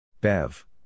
Bev